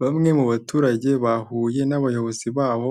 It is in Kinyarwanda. Bamwe mu baturage bahuye n'abayobozi babo,